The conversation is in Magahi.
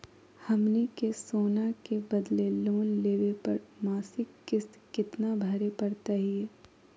हमनी के सोना के बदले लोन लेवे पर मासिक किस्त केतना भरै परतही हे?